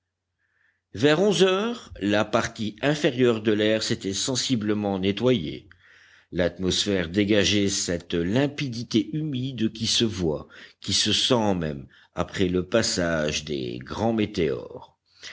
vers onze heures la partie inférieure de l'air s'était sensiblement nettoyée l'atmosphère dégageait cette limpidité humide qui se voit qui se sent même après le passage des grands météores